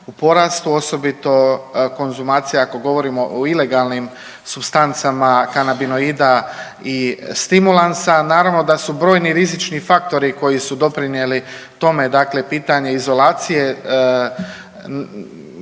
u porastu osobito konzumacija ako govorimo o ilegalnim supstancama, kanabinoida i stimulansa. Naravno da su brojni rizični faktori koji su doprinijeli tome, dakle pitanje izolacije,